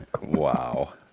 Wow